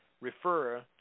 refer